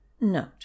Note